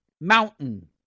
Mountain